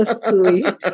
sweet